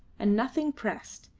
and nothing pressed.